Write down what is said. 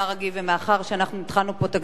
אני אמשיך פה את הסדר.